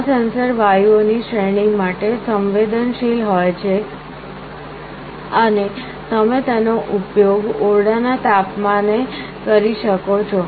આ સેન્સર વાયુઓની શ્રેણી માટે સંવેદનશીલ હોય છે અને તમે તેનો ઉપયોગ ઓરડાના તાપમાને કરી શકો છો